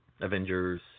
Avengers